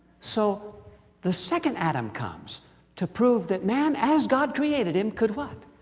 so the second adam comes to prove that man, as god created him, could what.